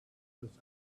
was